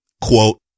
Quote